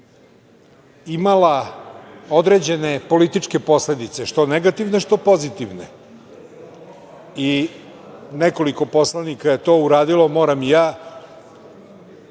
imala određene političke posledice, što negativne, što pozitivne. Nekoliko poslanika je to uradilo, moram i ja,